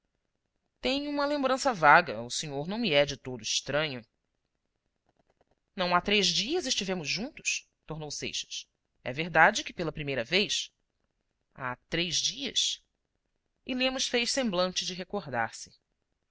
tenho uma lembrança vaga o senhor não me é de todo estranho não há três dias estivemos juntos tornou seixas é verdade que pela primeira vez há três dias e lemos fez semblante de recordar-se